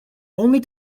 only